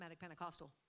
Pentecostal